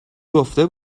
گفته